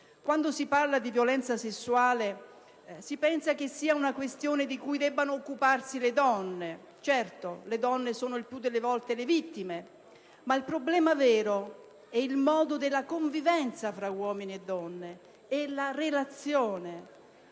Quando si parla di violenza sessuale si pensa che sia una questione di cui debbano occuparsi le donne. Certo, le donne sono il più delle volte le vittime, ma il problema vero riguarda le modalità di convivenza fra uomini e donne, la relazione